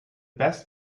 best